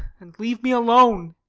and leave me alone.